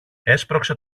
έσπρωξε